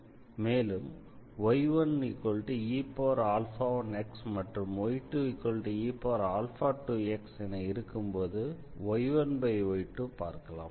மேலும் y1e1x மற்றும் y2e2x என இருக்கும்போது y1y2 பார்க்கலாம்